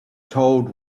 told